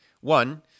one